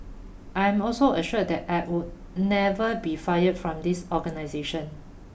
I am also assured that I would never be fired from this organisation